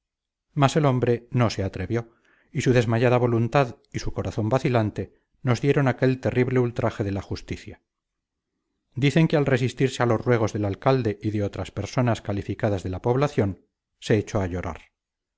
mas el hombre no se atrevió y su desmayada voluntad y su corazón vacilante nos dieron aquel terrible ultraje de la justicia dicen que al resistirse a los ruegos del alcalde y de otras personas calificadas de la población se echó a llorar